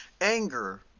Anger